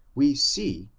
we see,